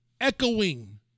echoing